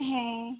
হ্যাঁ